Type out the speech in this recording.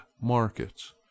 markets